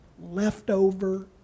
leftover